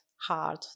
hard